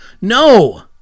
No